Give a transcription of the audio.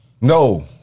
No